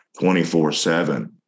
24-7